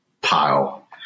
pile